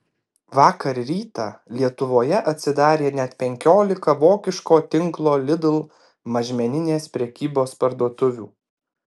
vakar rytą lietuvoje atsidarė net penkiolika vokiško tinklo lidl mažmeninės prekybos parduotuvių